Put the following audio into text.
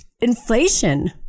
inflation